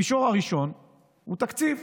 המישור הראשון הוא תקציב.